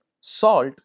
Salt